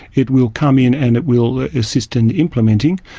it will come in and it will assist in implementing,